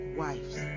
wives